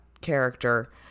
character